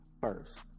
first